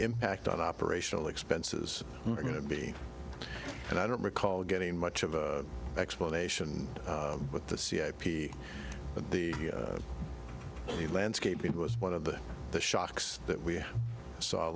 impact on operational expenses are going to be and i don't recall getting much of a explanation with the c i p but the the landscaping was one of the the shocks that we saw